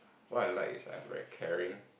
what I like is I'm very caring